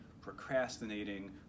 procrastinating